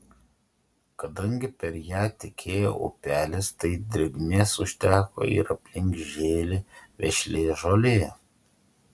kadangi per ją tekėjo upelis tai drėgmės užteko ir aplink žėlė vešli žolė